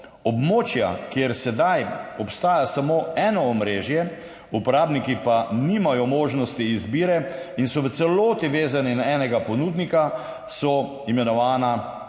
Območja, kjer sedaj obstaja samo eno omrežje, uporabniki pa nimajo možnosti izbire in so v celoti vezani na enega ponudnika, so imenovana sive